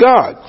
God